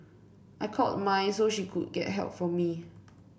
I called my so she could get help for me